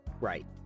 Right